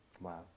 Wow